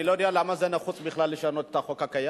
אני לא יודע למה זה נחוץ בכלל לשנות את החוק הקיים,